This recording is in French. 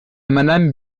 madame